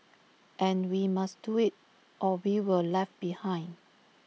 and we must do IT or we will left behind